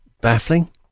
baffling